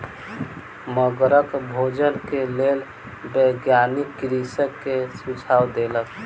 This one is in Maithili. मगरक भोजन के लेल वैज्ञानिक कृषक के सुझाव देलक